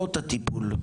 בתוצאות הטיפול,